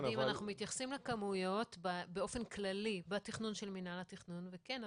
אנחנו מתייחסים לכמויות באופן כללי בתכנון של מינהל התכנון וכן,